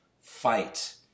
fight